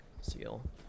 Seal